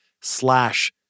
slash